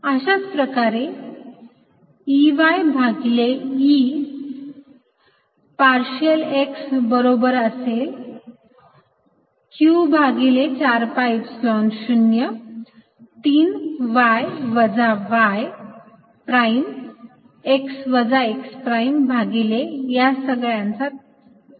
अशाच प्रकारे Ey भागिले E पार्शियल x बरोबर असेल वजा q भागिले 4 pi epsilon 0 3 y वजा y प्राइम x वजा x प्राइम भागिले या सगळ्यांचा 52 घात